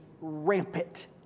rampant